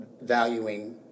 valuing